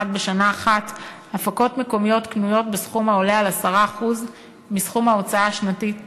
בשנה אחת הפקות מקומיות קנויות בסכום העולה על 10% מסכום ההוצאה השנתית